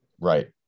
Right